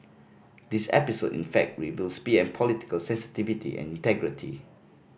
this episode in fact reveals P M political sensitivity and integrity